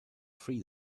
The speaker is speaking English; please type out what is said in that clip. free